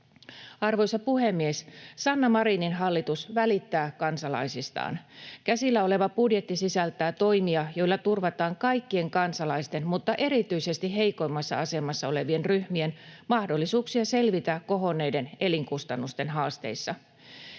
Arvoisa puhemies! Sanna Marinin hallitus välittää kansalaisistaan. Käsillä oleva budjetti sisältää toimia, joilla turvataan kaikkien kansalaisten, mutta erityisesti heikoimmassa asemassa olevien ryhmien mahdollisuuksia selvitä kohonneiden elinkustannusten haasteissa.